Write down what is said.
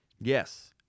Yes